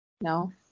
No